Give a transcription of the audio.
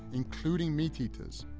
including meat eaters,